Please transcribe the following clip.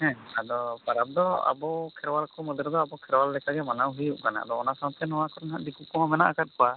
ᱦᱮᱸ ᱟᱫᱚ ᱯᱟᱨᱟᱵᱽ ᱫᱚ ᱟᱵᱚ ᱠᱷᱮᱨᱣᱟᱞ ᱠᱚ ᱢᱩᱫᱽ ᱨᱮᱫᱚ ᱟᱵᱚ ᱠᱷᱮᱨᱣᱟᱞ ᱞᱮᱠᱟ ᱜᱮ ᱢᱟᱱᱟᱣ ᱦᱩᱭᱩᱜ ᱠᱟᱱᱟ ᱚᱱᱟ ᱥᱟᱶᱛᱮ ᱱᱚᱣᱟ ᱠᱚᱨᱮᱱᱟᱜ ᱫᱤᱠᱩ ᱠᱚᱦᱚᱸ ᱢᱮᱱᱟᱜ ᱟᱠᱟᱫ ᱠᱚᱣᱟ